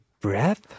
Breath